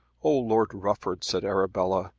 oh lord rufford, said arabella,